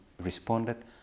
responded